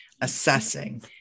assessing